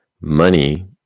money